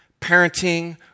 parenting